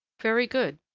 very good,